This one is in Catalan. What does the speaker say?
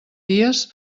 dies